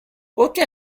oltre